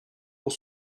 pour